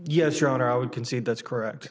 yes your honor i would concede that's correct